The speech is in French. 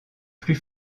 plus